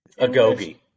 Agogi